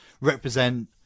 represent